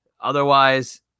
Otherwise